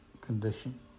condition